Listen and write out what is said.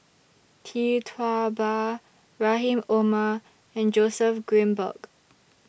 Tee Tua Ba Rahim Omar and Joseph Grimberg